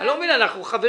אני לא מבין, אנחנו חברים.